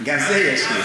גם זה יש לי.